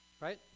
Right